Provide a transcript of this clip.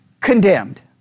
Condemned